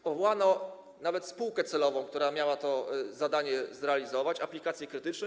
Powołano nawet spółkę celową, która miała to zadanie zrealizować, Aplikacje Krytyczne.